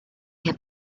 can